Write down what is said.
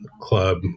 club